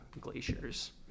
glaciers